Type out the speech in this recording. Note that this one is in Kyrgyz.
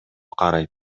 карайт